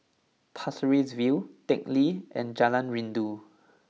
Pasir Ris View Teck Lee and Jalan Rindu